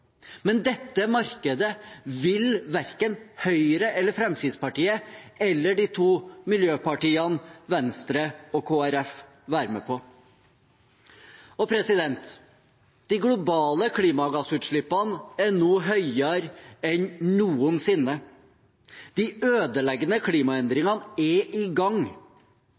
Men dette markedet vil verken Høyre eller Fremskrittspartiet eller de to miljøpartiene Venstre og Kristelig Folkeparti være med på. De globale klimagassutslippene er nå høyere enn noensinne. De ødeleggende klimaendringene er i gang.